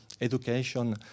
education